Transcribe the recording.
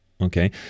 Okay